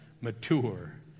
mature